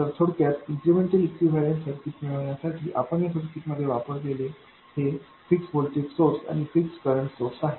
तर थोडक्यात incremental equivalent circuit मिळवण्यासाठी आपण या सर्किटमध्ये वापरलेले हे फिक्स व्होल्टेज सोर्स आणि फिक्स करंट सोर्स आहेत